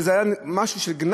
וזה היה משהו של גנאי,